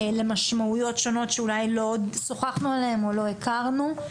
למשמעויות שונות שאולי לא שוחחנו עליהן או לא הכרנו.